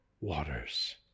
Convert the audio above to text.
waters